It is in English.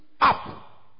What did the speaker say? up